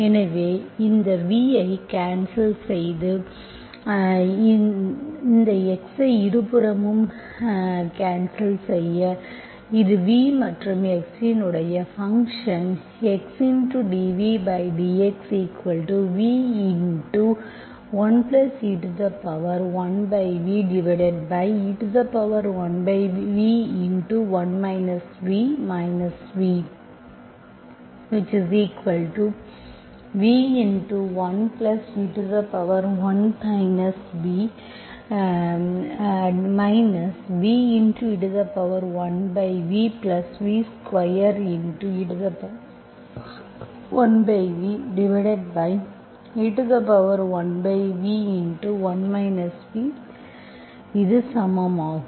எனவே இந்த v ஐ கான்செல் செய்து இந்த x ஐ இருபுறமும் கான்செல் செய்ய இது v மற்றும் x இன் function x dvdxv1e1ve1v1 v vv1e1v ve1vv2e1ve1v1 vஇது சமம் ஆகும்